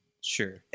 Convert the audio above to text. sure